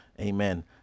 Amen